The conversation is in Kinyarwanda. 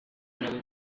nawe